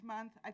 Month